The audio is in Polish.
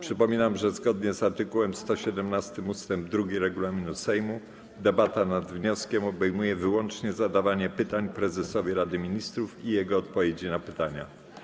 Przypominam, że zgodnie z art. 117 ust. 2 regulaminu Sejmu debata nad wnioskiem obejmuje wyłącznie zadawanie pytań prezesowi Rady Ministrów i jego odpowiedzi na pytania.